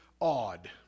odd